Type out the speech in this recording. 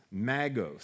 magos